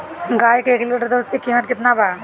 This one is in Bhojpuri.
गाय के एक लीटर दूध के कीमत केतना बा?